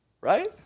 right